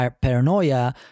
paranoia